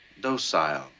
Docile